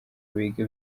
bige